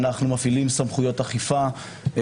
ומפעילים סמכויות אכיפה.